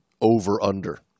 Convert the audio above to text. over-under